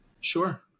Sure